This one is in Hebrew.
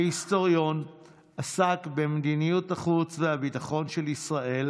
כהיסטוריון עסק במדיניות החוץ והביטחון של ישראל